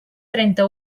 trenta